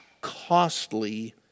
costly